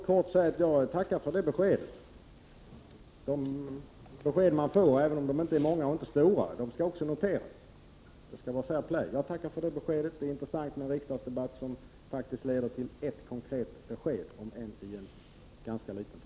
Herr talman! Jag tackar för det beskedet. De besked man får här i riksdagen är inte många och inte stora, men de som ges skall noteras. Det är intressant med en riksdagsdebatt som i varje fall leder till ett konkret besked.